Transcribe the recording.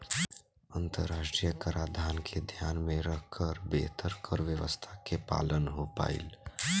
अंतरराष्ट्रीय कराधान के ध्यान में रखकर बेहतर कर व्यावस्था के पालन हो पाईल